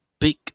big